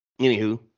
Anywho